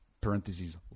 parentheses